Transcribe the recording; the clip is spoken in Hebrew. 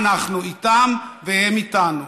אנחנו איתם והם איתנו.